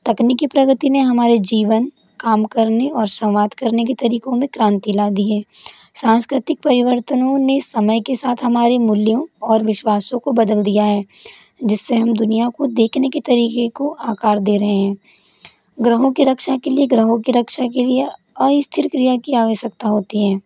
तकनीकी प्रगति ने हमारे जीवन काम करने और संवाद करने के तरीकों में क्रांति ला दी है सांस्कृतिक परिवर्तनों ने समय के साथ हमारे मूल्यों और विश्वासों को बदल दिया है जिससे हम दुनिया को देखने के तरीके को आकार दे रहे हैं ग्रहों की रक्षा के लिए ग्रहों की रक्षा के लिए अस्थिर क्रिया की आवश्यकता होती है